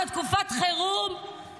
שהיא תקופת חירום,